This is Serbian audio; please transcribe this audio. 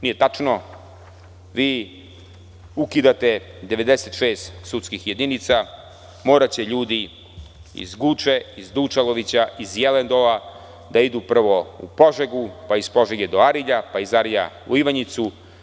Nije tačno, vi ukidate 96 sudskih jedinica, moraće ljudi iz Guče, iz Dučalovića, iz Jelen Dola, da idu prvo u Požegu pa iz Požege do Arilja, pa iz Arilja u Ivanjicu.